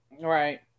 right